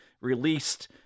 released